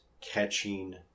catching